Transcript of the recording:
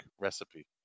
recipe